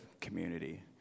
community